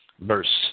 Verse